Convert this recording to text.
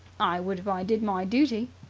i would if i did my duty.